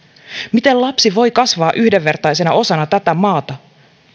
miten lapsi voi kasvaa yhdenvertaisena osana tätä maata